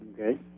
Okay